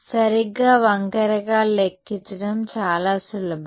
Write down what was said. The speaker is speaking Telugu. సరిగ్గా వంకరగా లెక్కించడం చాలా సులభం